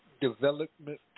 development